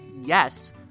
yes